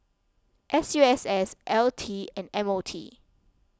S U S S L T and M O T